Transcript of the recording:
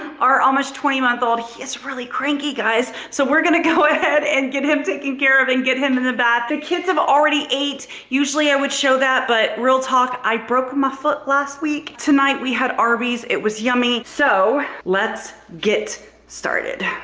our almost twenty month old, he's really cranky guys so we're gonna go ahead and get him taken care of and get him in the bath. the kids have already ate. usually i would show that but, real talk, i broke my foot last week tonight we had arby's. it was yummy so, let's get started